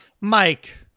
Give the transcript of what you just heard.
Mike